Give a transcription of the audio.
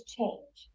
change